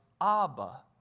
Abba